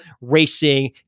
Racing